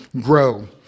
Grow